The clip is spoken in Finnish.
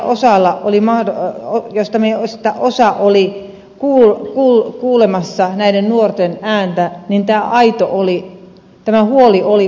minun mielestäni tämänpäiväisessä kuulemisessa jossa meistä osa oli kuulemassa näiden nuorten ääntä tämä huoli oli aito